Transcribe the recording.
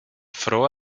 fror